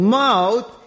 mouth